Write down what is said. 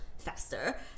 faster